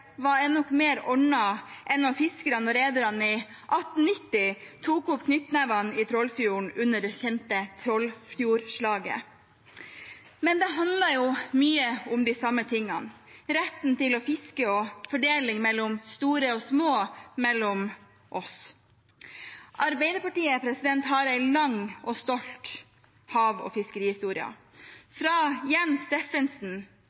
mer ordnet enn da fiskerne og rederne i 1890 tok opp knyttneven i Trollfjorden under det kjente Trollfjordslaget. Men det handler jo mye om de samme tingene: retten til å fiske og fordeling mellom store og små – mellom oss. Arbeiderpartiet har en lang og stolt hav- og fiskerihistorie – fra Jens Steffensen